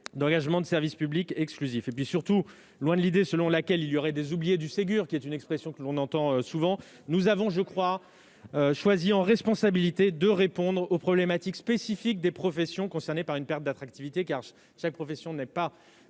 d'engagement de service public exclusif. Surtout, contrairement à l'idée selon laquelle il y aurait des « oubliés du Ségur »- c'est une expression que l'on entend souvent -, nous avons choisi en responsabilité, je le crois, de répondre aux problématiques spécifiques des professions concernées par une perte d'attractivité, chaque profession n'étant pas